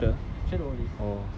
oh they'll tell the results tomorrow also